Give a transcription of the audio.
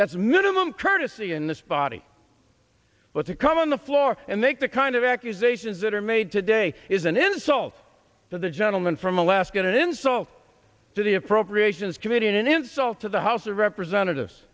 that's minimum courtesy in this body but to come on the floor and they kind of accusations that are made today is an insult to the gentleman from alaska an insult to the appropriations committee and an insult to the house of representatives